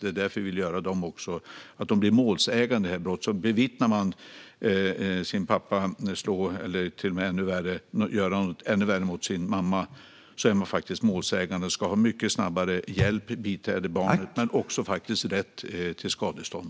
Det är därför vi vill göra så att de blir målsägande i samband med brott. Om man bevittnar att ens pappa slår ens mamma - eller till och med gör något ännu värre - ska man bli målsägande. Man ska få mycket snabbare hjälp med biträde samt ha rätt till skadestånd.